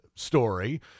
story